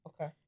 Okay